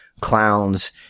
clowns